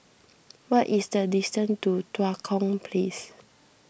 what is the distance to Tua Kong Place